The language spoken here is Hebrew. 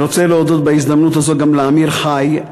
אני רוצה להודות בהזדמנות הזאת גם לאמיר חי,